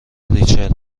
ریچل